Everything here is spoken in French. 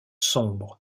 sombre